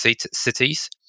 cities